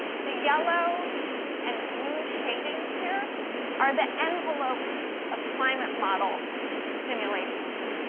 the yellow and blue shadings here are the envelope of climate model simulations.